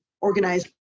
organized